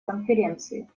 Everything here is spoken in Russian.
конференции